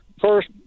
first